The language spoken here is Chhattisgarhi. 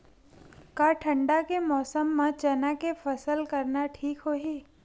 का ठंडा के मौसम म चना के फसल करना ठीक होही?